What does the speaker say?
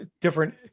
different